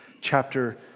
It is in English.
chapter